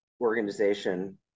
organization